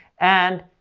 and,